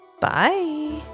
Bye